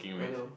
I know